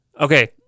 Okay